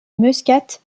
muscat